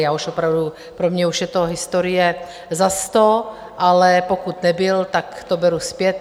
Já už opravdu pro mě už je to historie za sto ale pokud nebyl, tak to beru zpět.